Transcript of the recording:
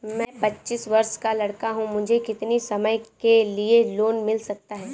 मैं पच्चीस वर्ष का लड़का हूँ मुझे कितनी समय के लिए लोन मिल सकता है?